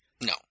no